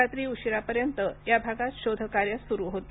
रात्री उशिरापर्यंत या भागात शोधकार्य सुरू होतं